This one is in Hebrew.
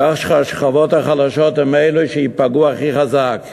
כך שהשכבות החלשות הן אלה שייפגעו הכי חזק.